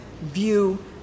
view